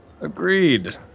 Agreed